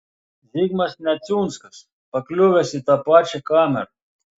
zigmas neciunskas pakliuvęs į tą pačią kamerą